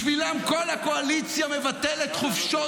בשבילם כל הקואליציה מבטלת חופשות